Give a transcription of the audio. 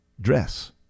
dress